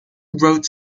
wrote